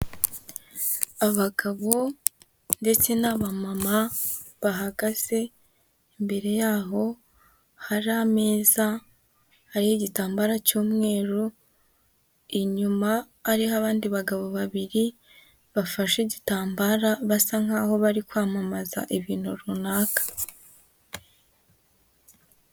Abagabo ndetse n'abama bahagaze imbere yaho hari ameza ariho igitambara cy'umweru inyuma hariho abandi bagabo babiri bafashe igitambara basa nkaho bari kwamamaza ibintu runaka.